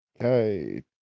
okay